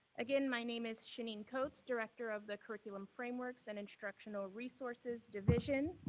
again, my name is shanine coats, director of the curriculum frameworks and instructional resources division.